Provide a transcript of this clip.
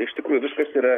iš tikrųjų viskas yra